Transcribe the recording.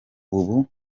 ubu